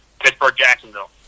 Pittsburgh-Jacksonville